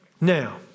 Now